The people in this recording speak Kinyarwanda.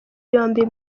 yombi